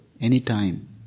anytime